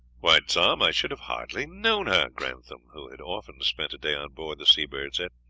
why, tom, i should have hardly known her! grantham, who had often spent a day on board the seabird,